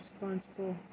responsible